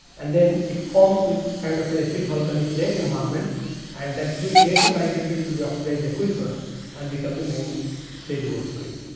and then it formed with kind of an acid volcanic lake environment and that fluid later migrated to the oxidised aquiver and become the main stage ore fluid.